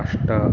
अष्ट